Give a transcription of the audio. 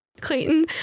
Clayton